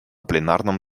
пленарном